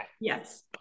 Yes